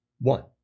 One